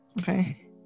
Okay